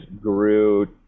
grew